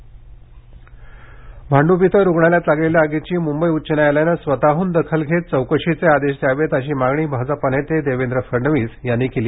भांडूपआग फडणवीस भांडूप इथं रुग्णालयात लागलेल्या आगीची मुंबई उच्च न्यायालयानं स्वतहून दाखल घेत चौकशीचे आदेश द्यावेत अशी मागणी भाजपा नेते देवेंद्र फडणवीस यांनी काल केली